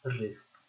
risk